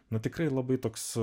nu tikrai labai toks